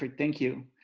thank you.